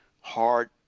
hard